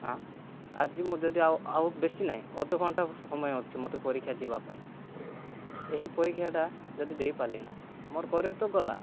ଆଁ ଆଜି ମୁଁ ଯଦି ଆଉ ଆଉ ବେଶୀ ନାଇଁ ଅଧଘଣ୍ଟା ସମୟ ଅଛି ମୋତେ ପରୀକ୍ଷା ଯିବାପାଇଁ ଏହି ପରୀକ୍ଷାଟା ଯଦି ଦେଇପାରିଲିନି ନାଇଁ ମୋର କ୍ୟାରିଅର୍ ତ ଗଲା